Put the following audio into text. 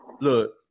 Look